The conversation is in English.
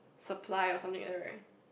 supply or something like that right